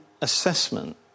assessment